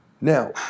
Now